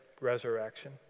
resurrection